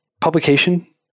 publication